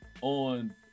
on